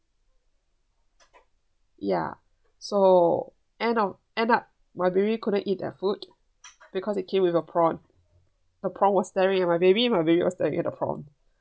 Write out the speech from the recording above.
ya so end of~ end up my baby couldn't eat their food because it came with a prawn the prawn was staring at my baby my baby was staring at the prawn